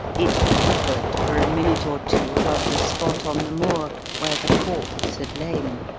it hovered for a minute or two above the spot on the moor where the corpse had lain